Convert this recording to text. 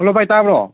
hello ꯚꯥꯏ ꯇꯥꯕ꯭ꯔꯣ